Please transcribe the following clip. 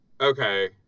Okay